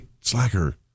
slacker